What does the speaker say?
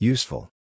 Useful